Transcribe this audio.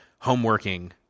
homeworking